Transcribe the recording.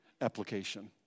application